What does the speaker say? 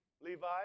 Levi